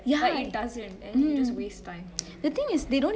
but it doesn't and it just wastes time